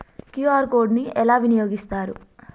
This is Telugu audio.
క్యూ.ఆర్ కోడ్ ని ఎలా వినియోగిస్తారు?